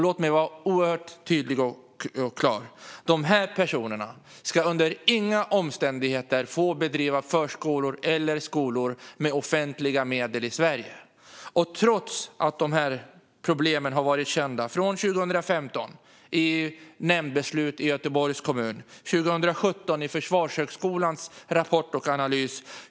Låt mig vara oerhört tydlig och klar: Dessa personer ska under inga omständigheter få driva förskolor eller skolor med offentliga medel i Sverige. Dessa problem har varit kända sedan 2015 i samband med nämndbeslut i Göteborgs kommun och sedan 2017 i samband med Försvarshögskolans rapport och analys.